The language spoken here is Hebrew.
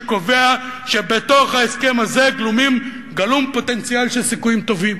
שקובע שבתוך ההסכם הזה גלום פוטנציאל של סיכויים טובים.